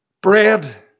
bread